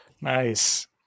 Nice